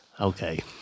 Okay